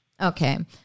Okay